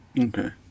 Okay